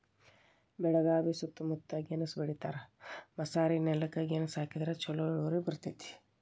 ಬೆಳಗಾವಿ ಸೂತ್ತಮುತ್ತ ಗೆಣಸ್ ಬೆಳಿತಾರ, ಮಸಾರಿನೆಲಕ್ಕ ಗೆಣಸ ಹಾಕಿದ್ರ ಛಲೋ ಇಳುವರಿ ಬರ್ತೈತಿ